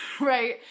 right